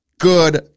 Good